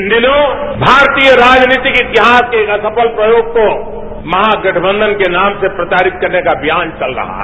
इन दिनों भारतीय राजनीतिक इतिहास के एक असफल प्रयोग को महागठबंधन के नाम से प्रचारित करने का अभियान चल रहा है